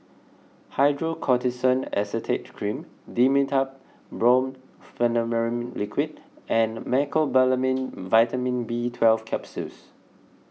Hydrocortisone Acetate Cream Dimetapp Brompheniramine Liquid and Mecobalamin Vitamin B Twelve Capsules